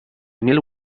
mil